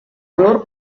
peor